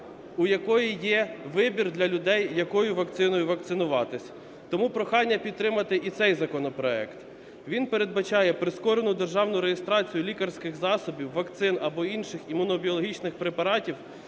у якої є вибір для людей, якою вакциною вакцинуватися. Тому прохання підтримати і цей законопроект. Він передбачає прискорену державну реєстрацію лікарських засобів, вакцин або інших імунобіологічних препаратів